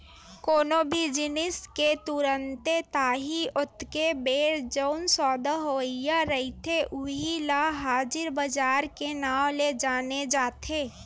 कोनो भी जिनिस के तुरते ताही ओतके बेर जउन सौदा होवइया रहिथे उही ल हाजिर बजार के नांव ले जाने जाथे